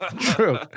True